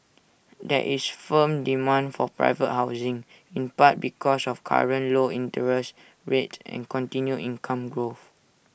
there is firm demand for private housing in part because of current low interest rates and continued income growth